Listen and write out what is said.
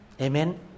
Amen